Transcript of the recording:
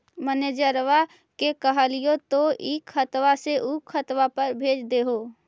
मैनेजरवा के कहलिऐ तौ ई खतवा से ऊ खातवा पर भेज देहै?